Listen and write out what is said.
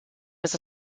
was